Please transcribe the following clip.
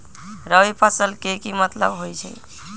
रबी फसल के की मतलब होई छई?